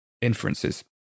inferences